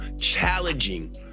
challenging